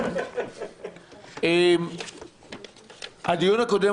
הדיון הקודם,